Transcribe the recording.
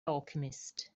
alchemist